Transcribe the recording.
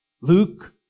Luke